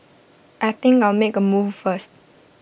I think I'll make A move first